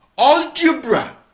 algebra